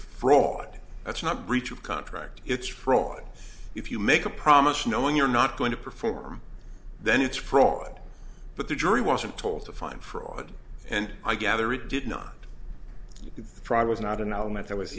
fraud that's not a breach of contract it's fraud if you make a promise knowing you're not going to perform then it's fraud but the jury wasn't told to find fraud and i gather it did not try was not an element that was